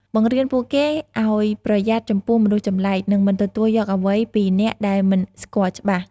បង្រៀនពួកគេឲ្យប្រយ័ត្នចំពោះមនុស្សចម្លែក និងមិនទទួលយកអ្វីពីអ្នកដែលមិនស្គាល់ច្បាស់។